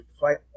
fight